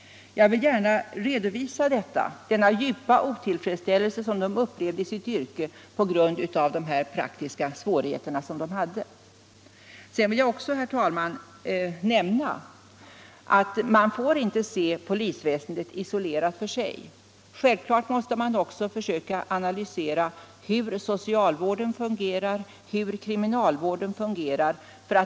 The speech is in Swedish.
Jag vill gärna redovisa denna djupa otillfredsställelse som de upplevde i sitt yrke på grund av de praktiska svårigheter som de hade. Sedan vill jag också, herr talman, nämna att man inte får se polisväsendet isolerat. Självfallet måste man också försöka analysera hur socialvården och kriminalvården fungerar.